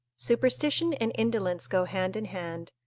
superstition and indolence go hand in hand.